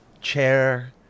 chair